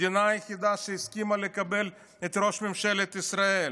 המדינה היחידה שהסכימה לקבל את ראש ממשלת ישראל?